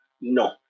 no